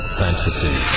fantasy